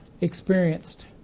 experienced